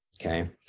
Okay